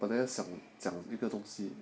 我本来想讲一个东西